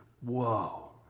Whoa